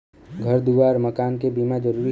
घर दुआर मकान के बीमा जरूरी हौ